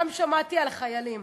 ושם שמעתי על החיילים.